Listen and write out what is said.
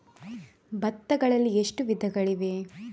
ಭತ್ತಗಳಲ್ಲಿ ಎಷ್ಟು ವಿಧಗಳಿವೆ?